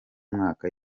mwaka